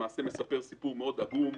למעשה מספר סיפור מאוד עגום,